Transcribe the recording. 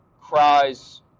cries